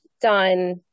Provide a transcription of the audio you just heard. done